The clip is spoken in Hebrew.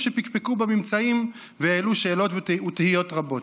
שפקפקו בממצאים והעלו שאלות ותהיות רבות.